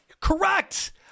Correct